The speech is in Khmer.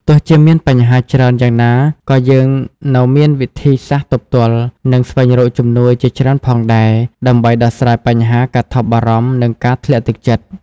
ទោះជាមានបញ្ហាច្រើនយ៉ាងណាក៏យើងនូវមានវិធីសាស្ត្រទប់ទល់ និងស្វែងរកជំនួយជាច្រើនផងដែរ ដើម្បីដោះស្រាយបញ្ហាការថប់បារម្ភ និងការធ្លាក់ទឹកចិត្ត។